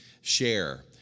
share